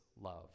love